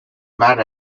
mad